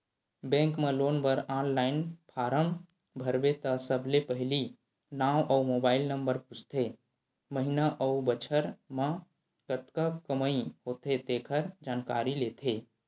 bank म loan बर online form भरबे त सबले पहिली नांव अउ मोबाईल नंबर पूछथे, महिना अउ बछर म कतका कमई होथे तेखर जानकारी लेथे